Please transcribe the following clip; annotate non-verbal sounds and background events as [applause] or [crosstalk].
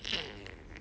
[noise]